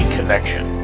Connection